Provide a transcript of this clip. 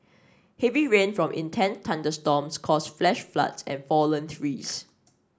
heavy rain from intense thunderstorms caused flash floods and fallen trees